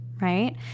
right